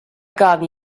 gotten